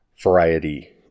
variety